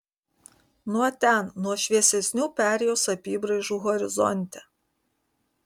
nuo ten nuo šviesesnių perėjos apybraižų horizonte